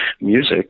music